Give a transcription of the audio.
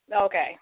okay